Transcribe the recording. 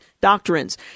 doctrines